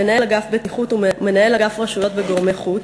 מנהל אגף בטיחות ומנהל אגף רשויות וגורמי חוץ,